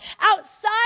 outside